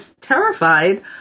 terrified